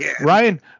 Ryan